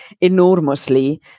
enormously